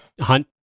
hunt